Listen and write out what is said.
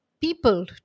people